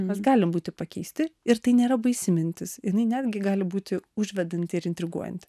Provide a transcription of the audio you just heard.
mes galim būti pakeisti ir tai nėra baisi mintis jinai netgi gali būti užvedanti ir intriguojanti